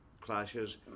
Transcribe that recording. clashes